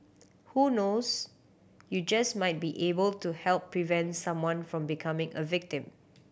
who knows you just might be able to help prevent someone from becoming a victim